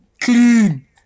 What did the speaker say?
Clean